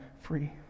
free